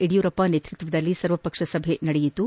ಯಡಿಯೂರಪ್ಪ ನೇತೃತ್ವದಲ್ಲಿ ಸರ್ವಪಕ್ಷ ಸಭೆ ನಡೆಯಿತು